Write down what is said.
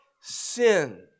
sin